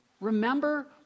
Remember